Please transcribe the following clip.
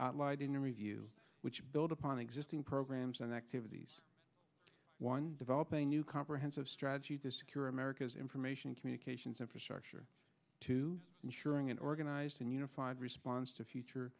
the review which build upon existing programs and activities one develop a new comprehensive strategy to secure america's information communications infrastructure to ensuring an organized and unified response to future